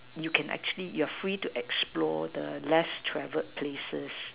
you can actually you're free to explore the less travelled places